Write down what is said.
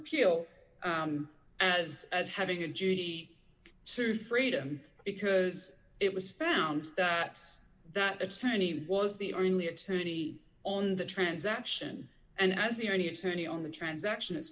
appeal as as having a judy to freedom because it was found that that attorney was the only attorney on the transaction and as the any attorney on the transaction it's